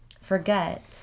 forget